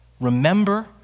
Remember